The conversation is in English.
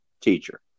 teacher